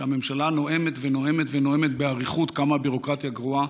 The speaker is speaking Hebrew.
שהממשלה נואמת ונואמת ונואמת באריכות כמה הביורוקרטיה גרועה,